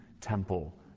temple